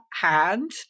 hand